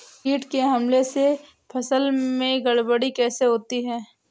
कीट के हमले से फसल में गड़बड़ी कैसे होती है?